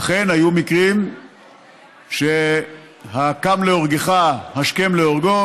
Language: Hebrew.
אכן היו מקרים ש"הקם להורגך, השכם להורגו"